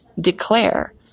Declare